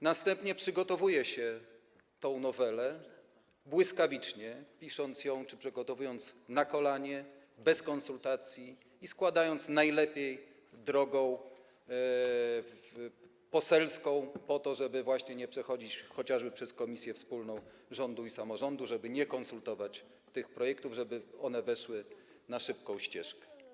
Następnie przygotowuje się tę nowelę błyskawicznie, pisząc ją czy przygotowując na kolanie, bez konsultacji, i składając drogą poselską po to, żeby nie przechodzić chociażby przez komisję wspólną rządu i samorządu, żeby nie konsultować tego projektu, żeby on wszedł na szybką ścieżkę.